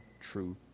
true